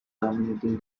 terminating